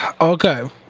Okay